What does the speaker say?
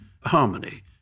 harmony